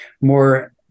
more